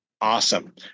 Awesome